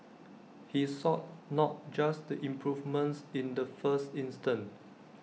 he sought not just the improvements in the first instance